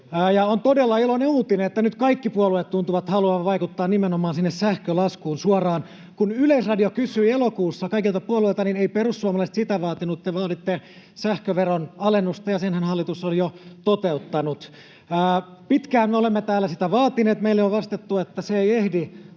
On todella iloinen uutinen, että nyt kaikki puolueet tuntuvat haluavan vaikuttaa nimenomaan sinne sähkölaskuun suoraan. Kun Yleisradio kysyi elokuussa kaikilta puolueilta, niin ei Perussuomalaiset sitä vaatinut. Te vaaditte sähköveron alennusta, ja senhän hallitus on jo toteuttanut. Pitkään me olemme täällä sitä vaatineet. Meille on vastattu, että se ei ehdi